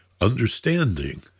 understanding